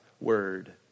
word